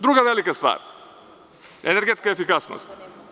Druga velika stvar, energetska efikasnost.